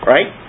Right